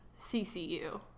CCU